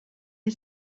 est